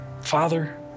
Father